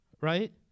right